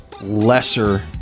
lesser